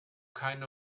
keine